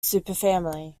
superfamily